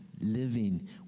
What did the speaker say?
Living